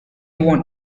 won